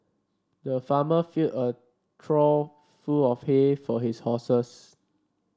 the farmer filled a trough full of hay for his horses